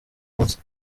munsi